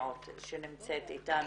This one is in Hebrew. המציעות שנמצאת אתנו,